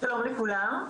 שלום לכולם.